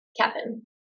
Kevin